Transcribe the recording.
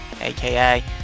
aka